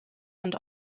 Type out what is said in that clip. and